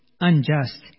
unjust